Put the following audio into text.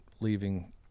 leaving